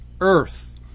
earth